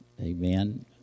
Amen